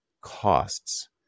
costs